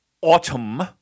autumn